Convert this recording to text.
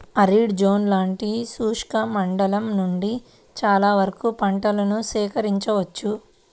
arid zone లాంటి శుష్క మండలం నుండి చాలా వరకు పంటలను సేకరించవచ్చు